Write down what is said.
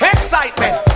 Excitement